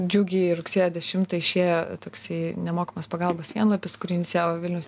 džiugiai rugsėjo dešimtą išėjo toksai nemokamos pagalbos sienlapis kurį inicijavo vilniaus